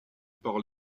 par